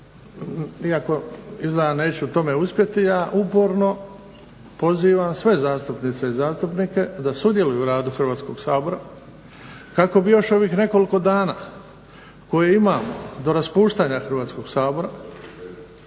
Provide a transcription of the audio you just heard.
neću u tome uspjeti, ja uporno pozivam sve zastupnike i zastupnice da sudjeluju u radu Hrvatskog sabora kako bi još ovih nekoliko dana koje imamo do raspuštanja Hrvatskog sabora